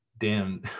dan